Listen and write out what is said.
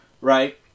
right